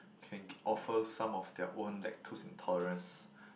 can offer some of their own lactose intolerance